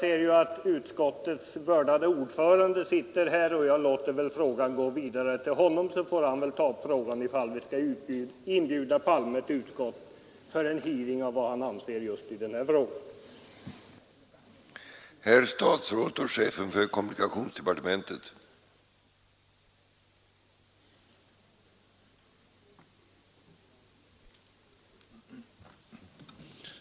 Men jag ser att utskottets vördade ordförande är närvarande i kammaren, och jag vidarebefordrar därför till honom frågan om vi skall inbjuda herr Palme till utskottet för en hearing om vilken uppfattning statsministern har i detta avseende.